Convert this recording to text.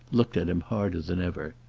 looked at him harder than ever.